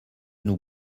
nous